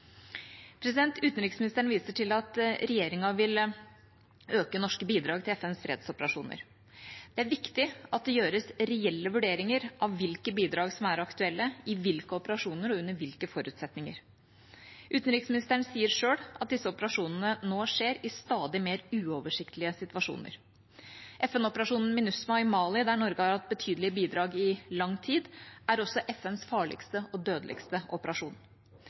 Utenriksministeren viser til at regjeringa vil øke norske bidrag til FNs fredsoperasjoner. Det er viktig at det gjøres reelle vurderinger av hvilke bidrag som er aktuelle, i hvilke operasjoner og under hvilke forutsetninger. Utenriksministeren sier selv at disse operasjonene nå skjer i stadig mer uoversiktlige situasjoner. FN-operasjonen MINUSMA i Mali, der Norge har hatt betydelige bidrag i lang tid, er også FNs farligste og dødeligste operasjon.